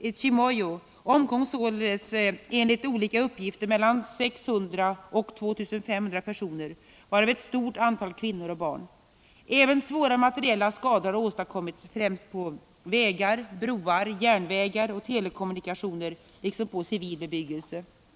vid Chimoio omkom således enligt olika uppgifter mellan 600 och 2 500 personer, varav ett stort antal kvinnor och barn. Även svåra materiella skador har åstadkommits främst på vägar, broar, järnvägar och telekommunikationer liksom på civil bebyggelse.